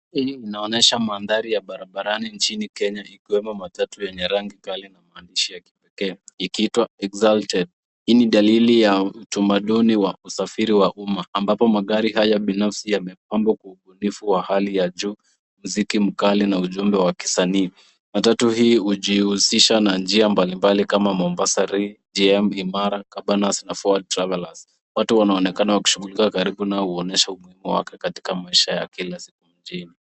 Hili linaonyesha mandhari ya barabarani nchini Kenya ikiwemo matatu yenye rangi kali na maandishi ya kipekee ikiitwa Exalted . Hii ni dalili ya utamaduni wa usafiri wa umma ambapo magari haya binafsi yamepambwa kwa ubunifu wa hali ya juu, mziki mkali na ujumbe wa kisanii. Matatu hii hujihusisha na njia mbalimbali kama Mombasa-Re, GM, Imara, Cabanas na Forward Travellers . Watu wanaonekana wakijishughulika karibu na kuonyesha umuhimu wake katika maisha ya kila siku mjini.